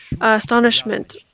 astonishment